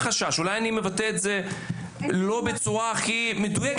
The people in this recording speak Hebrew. אולי אני מבטא את זה בצורה לא הכי מדויקת,